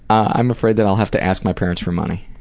i'm afraid that i'll have to ask my parents for money.